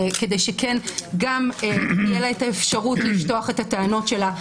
כדי שגם תהיה לה את האפשרות לשטוח את הטענות שלה,